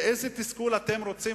לאיזה תסכול אתם רוצים,